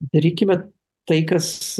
darykime tai kas